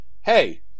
hey